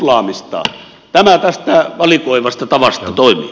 tämä tästä valikoivasta tavasta toimia